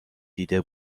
دیده